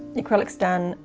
the acrylics done.